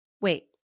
Wait